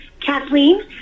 Kathleen